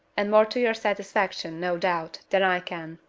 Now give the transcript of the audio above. and more to your satisfaction, no doubt, than i can.